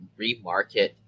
remarket